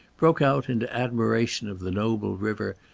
broke out into admiration of the noble river,